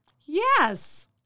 Yes